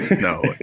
no